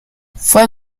fue